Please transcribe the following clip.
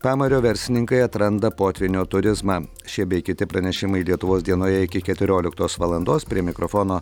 pamario verslininkai atranda potvynio turizmą šie bei kiti pranešimai lietuvos dienoje iki keturioliktos valandos prie mikrofono